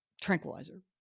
tranquilizer